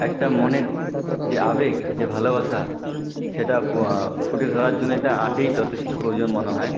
একটা মনের যে আবেগ যে ভালোবাসা সেটা ফুটিয়ে ধরার জন্য এটা আর্টই যথেষ্ট প্রয়োজন মনে হয়